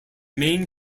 main